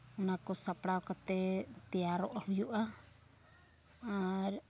ᱚᱱᱟ ᱠᱚ ᱥᱟᱯᱲᱟᱣ ᱠᱟᱛᱮᱫ ᱛᱮᱭᱚᱨᱚᱜ ᱦᱩᱭᱩᱜᱼᱟ ᱟᱨ